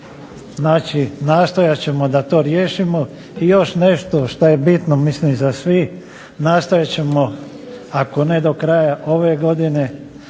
Znači, nastojat ćemo da to riješimo. I još nešto što je bitno mislim za svi. Nastojat ćemo ako ne do kraja ove godine,